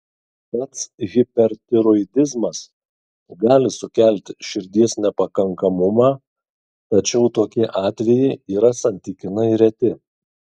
pats hipertiroidizmas gali sukelti širdies nepakankamumą tačiau tokie atvejai yra santykinai reti